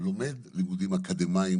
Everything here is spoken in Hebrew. לומד לימודים אקדמיים